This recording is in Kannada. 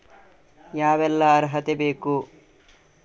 ಯಾವೆಲ್ಲ ಅರ್ಹತೆ ಬೇಕು?